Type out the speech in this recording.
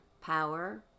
power